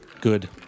good